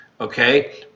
okay